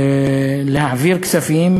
להעביר כספים,